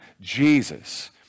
Jesus